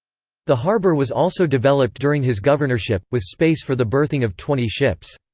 the harbour was also developed during his governorship, with space for the berthing of twenty ships.